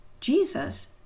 Jesus